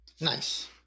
Nice